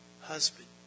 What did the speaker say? husband